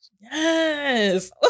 Yes